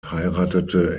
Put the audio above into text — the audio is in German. heiratete